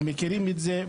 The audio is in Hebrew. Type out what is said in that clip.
הם מכירים את זה,